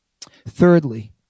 Thirdly